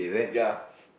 ya